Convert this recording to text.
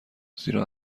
زیرا